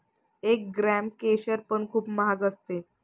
एक ग्राम केशर पण खूप महाग असते